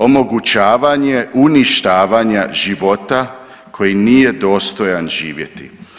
Omogućavanja uništavanja života koji nije dostojan živjeti.